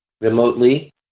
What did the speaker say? remotely